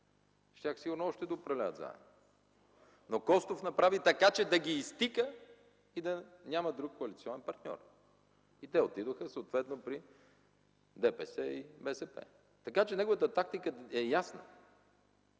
щяха сигурно още да управляват заедно. Но Костов направи така, че да ги изтика и да няма друг коалиционен партньор! И те отидоха съответно при ДПС и БСП. Така че неговата тактика е ясна.